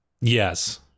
yes